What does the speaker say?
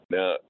Now